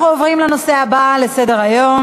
אנחנו עוברים לנושא הבא על סדר-היום,